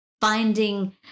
finding